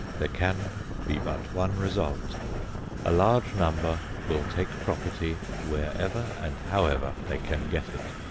there can be but one result a large number will take property wherever and however they can get it.